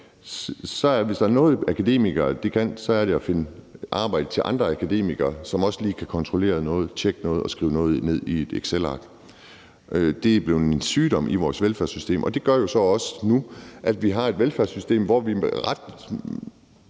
mine gamle dage – så er det at finde arbejde til andre akademikere, som også lige kan kontrollere noget, tjekke noget og skrive noget ned i et excelark. Det er blevet en sygdom i vores velfærdssystem, og det gør jo så også, at vi nu har et velfærdssystem, hvor vi med